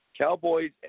Cowboys